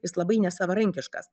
jis labai nesavarankiškas